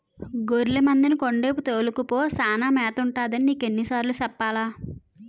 గొర్లె మందని కొండేపు తోలుకపో సానా మేతుంటదని నీకెన్ని సార్లు సెప్పాలా?